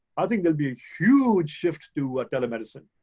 i think there'll be a huge shift to what telemedicine.